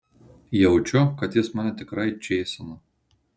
jaučiu kad jis mane tikrai čėsina